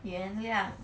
原谅